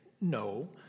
No